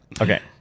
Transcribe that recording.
Okay